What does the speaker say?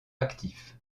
actif